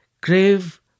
crave